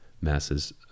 Masses